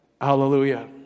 hallelujah